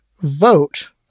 vote